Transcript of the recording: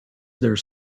there